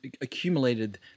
accumulated